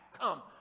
come